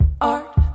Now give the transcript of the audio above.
Art